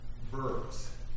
verbs